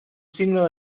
signo